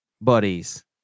buddies